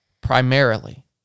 primarily